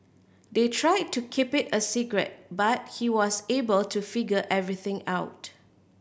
they tried to keep it a secret but he was able to figure everything out